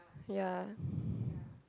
yeah